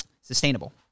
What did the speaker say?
sustainable